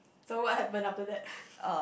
so what happens after that